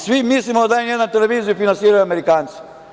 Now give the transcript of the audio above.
Svi mislimo da N1 televiziju finansiraju Amerikanci.